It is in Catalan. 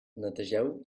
netegeu